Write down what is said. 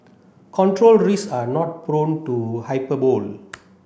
control risk are not prone to hyperbole